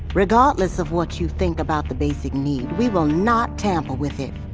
regardless of what you think about the basic need, we will not tamper with it.